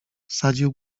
wsadził